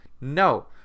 no